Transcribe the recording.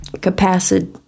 capacity